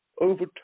over